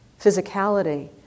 physicality